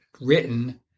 written